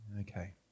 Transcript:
Okay